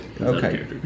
okay